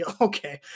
okay